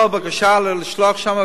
כל בקשה, לשלוח לשם.